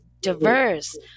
diverse